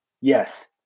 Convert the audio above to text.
Yes